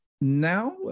now